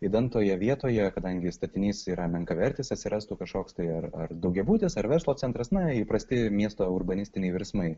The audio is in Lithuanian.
idant toje vietoje kadangi statinys yra menkavertis atsirastų kažkoks tai ar ar daugiabutis ar verslo centras na įprasti miesto urbanistiniai virsmai